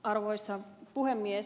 arvoisa puhemies